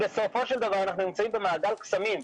בסופו של דבר אנחנו נמצאים במעגל קסמים.